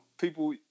People